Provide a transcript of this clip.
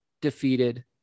defeated